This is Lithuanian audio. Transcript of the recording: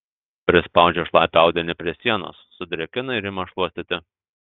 prispaudžia šlapią audinį prie sienos sudrėkina ir ima šluostyti